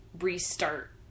restart